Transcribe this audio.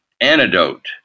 antidote